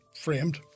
framed